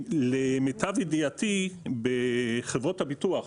למיטב ידיעתי בחברות הביטוח